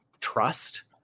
trust